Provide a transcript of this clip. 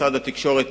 משרד התקשורת,